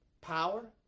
Power